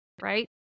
right